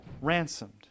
ransomed